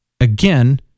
again